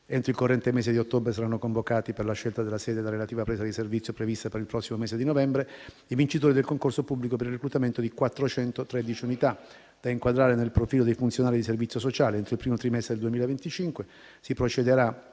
Entro il corrente mese di ottobre saranno convocati, per la scelta della sede della relativa presa di servizio prevista per il prossimo mese di novembre, i vincitori del concorso pubblico per il reclutamento di 413 unità, da inquadrare nel profilo dei funzionari di servizio sociale; entro il primo trimestre del 2025 si procederà